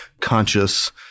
conscious